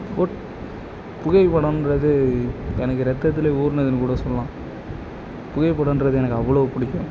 உட் புகைப்படன்றது எனக்கு ரத்தத்துல ஊறுனதுன்னு கூட சொல்லலாம் புகைப்படன்றது எனக்கு அவ்வளோ பிடிக்கும்